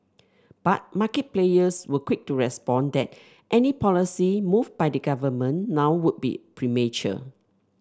but market players were quick to respond that any policy move by the government now would be premature